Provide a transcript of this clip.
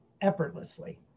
effortlessly